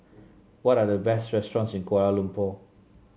what are the best restaurants in Kuala Lumpur